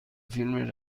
فیلم